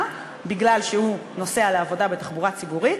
מכיוון שהוא נוסע לעבודה בתחבורה ציבורית,